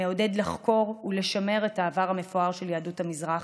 המעודד לחקור ולשמר את העבר המפואר של יהדות המזרח,